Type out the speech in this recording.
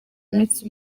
iminsi